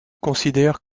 considèrent